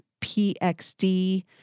P-X-D